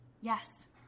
Yes